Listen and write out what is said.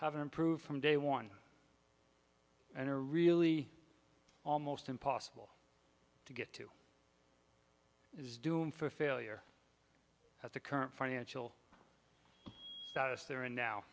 have improved from day one and are really almost impossible to get to is doomed for failure at the current financial status they're in now